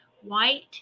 white